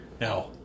Now